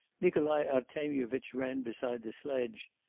nikolai artemyevitch ran beside the sledge.